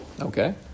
Okay